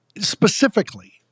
Specifically